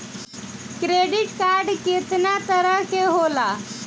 Credit card कितना तरह के होला?